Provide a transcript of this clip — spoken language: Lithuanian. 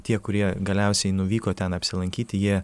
tie kurie galiausiai nuvyko ten apsilankyti jie